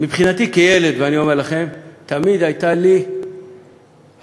מבחינתי כילד תמיד הייתה לי הקביעה,